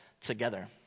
together